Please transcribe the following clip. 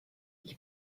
ich